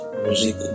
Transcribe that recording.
music